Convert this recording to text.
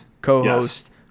co-host